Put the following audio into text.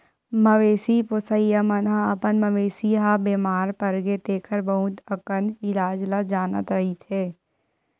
मवेशी पोसइया मन ह अपन मवेशी ह बेमार परगे तेखर बहुत अकन इलाज ल जानत रहिथे